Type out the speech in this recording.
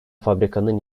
fabrikanın